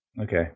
okay